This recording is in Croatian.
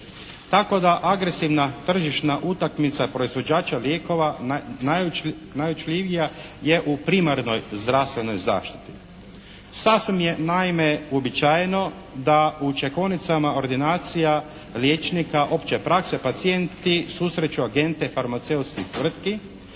tako da agresivna tržišna utakmica proizvođača lijekova najuočljivija je u primarnoj zdravstvenoj zaštiti. Sasvim je naime uobičajeno da u čekaonicama ordinacija liječnika opće prakse pacijenti susreću agente farmaceutskih tvrtki